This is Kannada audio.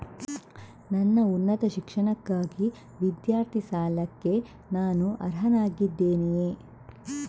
ನನ್ನ ಉನ್ನತ ಶಿಕ್ಷಣಕ್ಕಾಗಿ ವಿದ್ಯಾರ್ಥಿ ಸಾಲಕ್ಕೆ ನಾನು ಅರ್ಹನಾಗಿದ್ದೇನೆಯೇ?